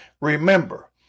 Remember